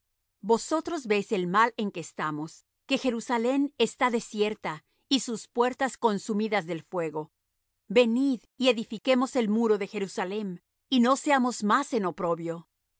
vosotros veis el mal en que estamos que jerusalem está desierta y sus puertas consumidas del fuego venid y edifiquemos el muro de jerusalem y no seamos más en oprobio